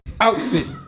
outfit